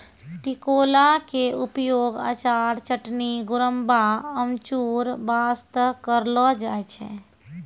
टिकोला के उपयोग अचार, चटनी, गुड़म्बा, अमचूर बास्तॅ करलो जाय छै